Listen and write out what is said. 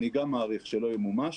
אני גם מעריך שלא ימומש,